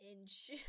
inch